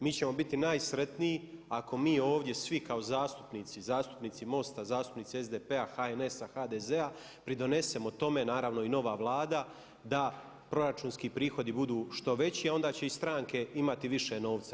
Mi ćemo biti najsretniji ako mi ovdje svi kao zastupnici, zastupnici MOST-a, zastupnici SDP-a, HNS-a, HDZ-a pridonesemo tome, naravno i nova Vlada da proračunski prihodi budu što veći, a onda će i stranke imati više novca.